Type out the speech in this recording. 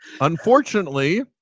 unfortunately